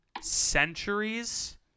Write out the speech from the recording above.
centuries